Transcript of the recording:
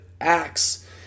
acts